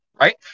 right